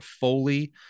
Foley